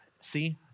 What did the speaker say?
See